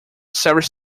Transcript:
several